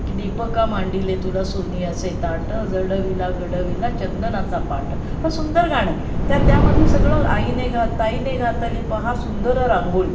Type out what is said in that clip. की दीपका मांडिलें तुला सोनियाचें ताटं जडविला घडविला चंदनाचा पाट फार सुंदर गाणं आहे त्या त्यामध्ये सगळं आईने घात ताईने घातली पहा सुंदर रांगोळी